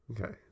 Okay